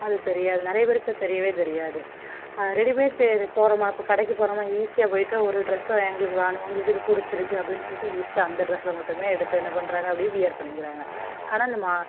அது தெரியாது நிறைய பேருக்கு அது தெரியவே தெரியாது ரெடிமேடுக்குப் போகிறோமா இப்போ கடைக்குப் போகிறோமா ஈஸியாக போயிட்டு ஒரு ட்ரெஸ்ஸு எங்களுக்கு வேணும் எங்களுக்கு இது பிடிச்சிருக்கு அப்படின்னு சொல்லிட்டு ஈஸியாக அந்த ட்ரெஸ்ஸை மட்டுமே எடுத்து என்ன பண்ணுறாங்க அப்படியே வியர் பண்ணிக்கிறாங்க ஆனால் நம்ம